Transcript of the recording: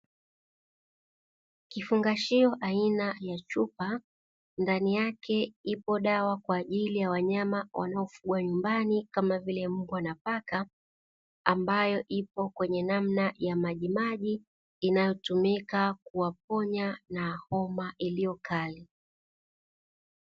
Kifungashio aina ya chupa ndani yake ipo dawa kwa ajili ya wanyama wanaofugwa nyumbani kama vile mbwa na paka, ambayo ipo kwenye namna ya maji inayotumika kuwaponya na homa iliyo kali.